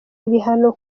ibihano